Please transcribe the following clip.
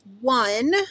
one